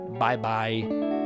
Bye-bye